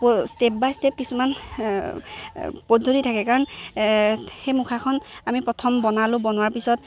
step by step কিছুমান পদ্ধতি থাকে কাৰণ সেই মুখাখন আমি প্ৰথম বনালোঁ বনোৱাৰ পিছত